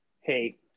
hey